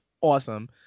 awesome